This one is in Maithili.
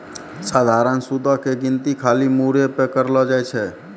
सधारण सूदो के गिनती खाली मूरे पे करलो जाय छै